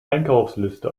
einkaufsliste